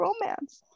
romance